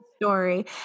story